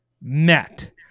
met